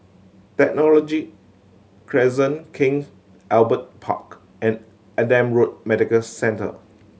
Technology Crescent King Albert Park and Adam Road Medical Centre